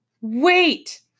wait